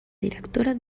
directora